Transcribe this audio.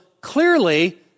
clearly